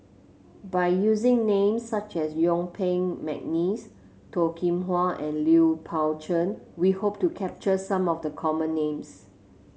by using names such as Yuen Peng McNeice Toh Kim Hwa and Lui Pao Chuen we hope to capture some of the common names